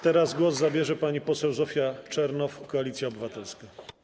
Teraz głos zabierze pani poseł Zofia Czernow, Koalicja Obywatelska.